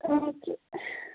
आं भी